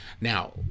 Now